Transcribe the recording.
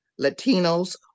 Latinos